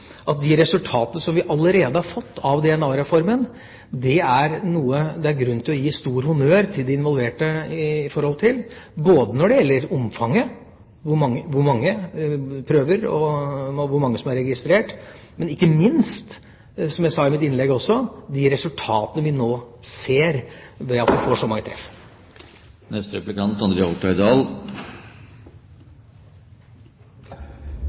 at når det gjelder de resultatene som vi allerede har fått av DNA-reformen, er det grunn til å gi stor honnør til de involverte når det gjelder omfang, antall prøver, og hvor mange som er registrert – men ikke minst, som jeg også sa i mitt innlegg, når det gjelder de resultatene vi nå ser ved at vi får så mange